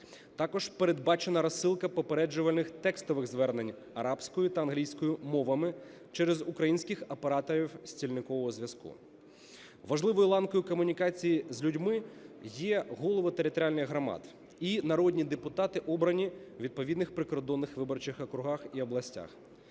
Також передбачена розсилка попереджувальних текстових звернень арабською та англійською мовами через українських операторів стільникового зв'язку. Важливою ланкою комунікації з людьми є голови територіальних громад і народні депутати, обрані у відповідних прикордонних виборчих округах і областях.